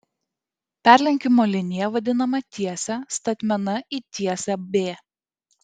perlenkimo linija vadinama tiese statmena į tiesę b